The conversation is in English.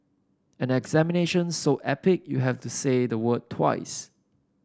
an examination so epic you have to say the word twice